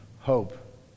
hope